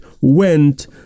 went